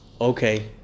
Okay